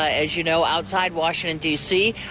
ah as you know outside washington dc.